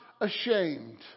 ashamed